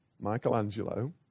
Michelangelo